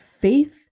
Faith